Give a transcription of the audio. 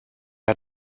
hat